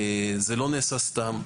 זה לא נעשה סתם.